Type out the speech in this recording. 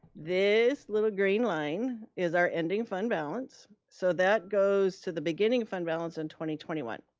this little green line is our ending fund balance. so that goes to the beginning fund balance in twenty twenty one.